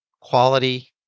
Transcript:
quality